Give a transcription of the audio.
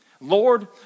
Lord